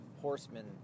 horsemen